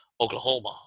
Oklahoma